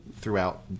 throughout